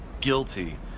guilty